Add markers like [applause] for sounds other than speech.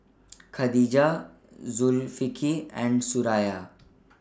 [noise] Khadija Zulkifli and Suraya